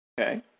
Okay